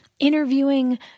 interviewing